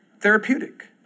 Therapeutic